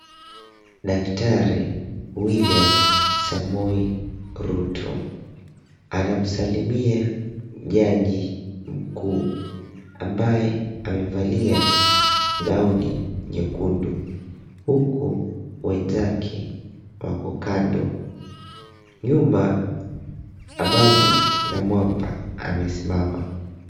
Daktari William Samue Ruto anamsalimia jaji mkuu ambaye amevalia gauni nyekundu huku wenzake wako kando. Nyuma, Ababu Namwamba amesimama.